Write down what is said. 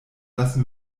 lassen